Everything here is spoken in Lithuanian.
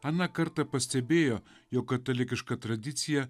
aną kartą pastebėjo jog katalikiška tradicija